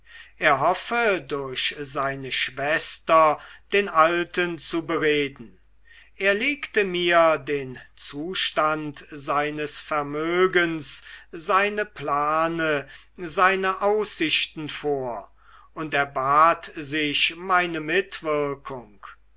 er hoffe durch seine schwester den alten zu bereden er legte mir den zustand seines vermögens seine plane seine aussichten vor und erbat sich meine